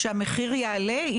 שהמחיר יעלה?